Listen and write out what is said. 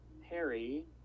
Harry